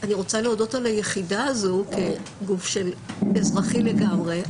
להודות על היחידה הזאת, גוף אזרחי לגמרי.